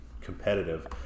competitive